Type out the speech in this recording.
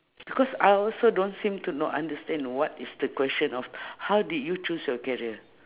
because I also don't seem to know understand what is the question of how did you choose your career